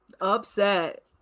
upset